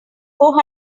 four